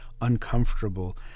uncomfortable